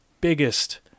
biggest